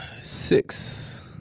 six